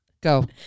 Go